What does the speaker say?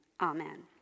Amen